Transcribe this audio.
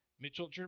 Mitchell